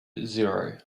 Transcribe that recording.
zero